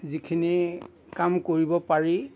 যিখিনি কাম কৰিব পাৰি